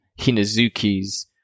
Hinazuki's